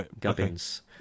gubbins